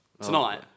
Tonight